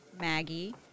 Maggie